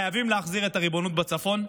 חייבים להחזיר את הריבונות בצפון,